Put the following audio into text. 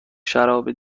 شراب